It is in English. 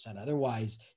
Otherwise